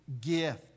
gift